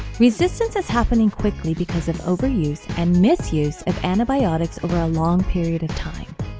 resistance is happening quickly because of overuse and misuse of antibiotics over a long period of time,